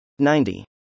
90